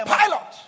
pilot